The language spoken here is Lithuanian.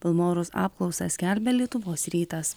vilmorus apklausą skelbia lietuvos rytas